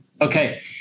okay